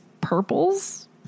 purples